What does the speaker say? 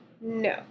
No